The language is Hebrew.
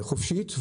חופשית,